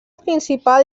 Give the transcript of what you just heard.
principal